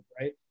right